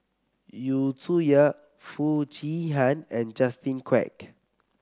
Yu Zhuye Foo Chee Han and Justin Quek